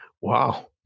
Wow